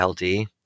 LD